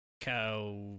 Cow